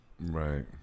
Right